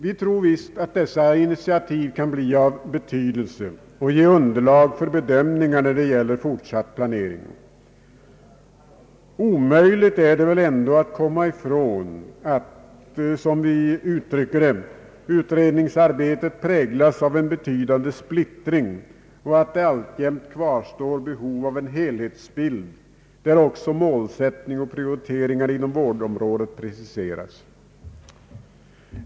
Vi tror visst att dessa initiativ kan bli av betydelse och ge underlag för bedömningen när det gäller fortsatt planering. Omöjligt är det väl ändå att komma ifrån att — som vi uttrycker det — utredningsarbetet präglas av en betydande splittring och att det alltjämt kvarstår behov av en helhetsbild, där också målsättningar och prioritering inom vårdområdet preciseras.